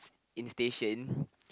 in station